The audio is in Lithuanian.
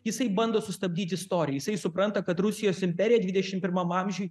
jisai bando sustabdyt istoriją jisai supranta kad rusijos imperija dvidešim pirmam amžiuj